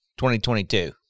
2022